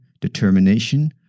determination